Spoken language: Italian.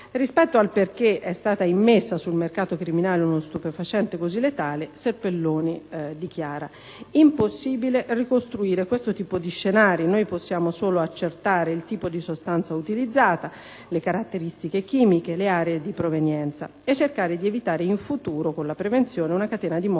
Rispetto al perché era stato immesso sul mercato criminale uno stupefacente così letale, Serpelloni dichiarava: «Impossibile ricostruire questo tipo di scenari, noi possiamo solo accertare il tipo di sostanza utilizzata, le caratteristiche chimiche, le aree di provenienza. E cercare di evitare, in futuro, con la prevenzione, una catena di morti